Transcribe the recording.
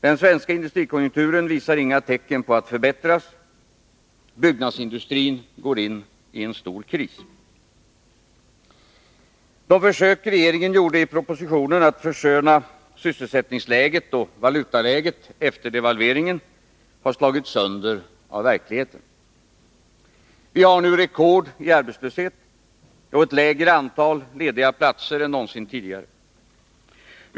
Den svenska industrikonjunkturen visar inga tecken på att förbättras. Byggnadsindustrin går in i en stor kris. De försök regeringen gjorde i budgetpropositionen att försköna sysselsättningsläget och valutaläget efter devalveringen har slagits sönder av verkligheten. Vi har nu rekord i arbetslöshet och ett lägre antal lediga platser än någonsin tidigare.